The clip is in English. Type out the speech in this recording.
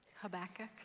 Habakkuk